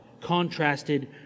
contrasted